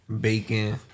Bacon